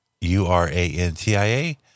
U-R-A-N-T-I-A